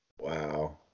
Wow